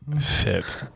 fit